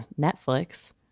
Netflix